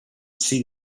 see